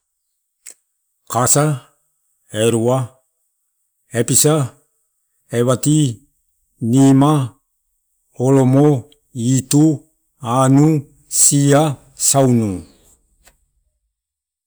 Kasa, erua, episa, evati, nima, olomo, itu, anu, sia, saunu.